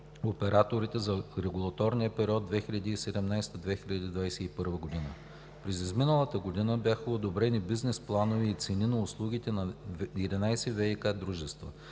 операторите за регулаторния период 2017 – 2021 г. През изминалата година бяха одобрени бизнес планове и цени на услугите на 11 ВиК дружества.